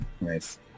Nice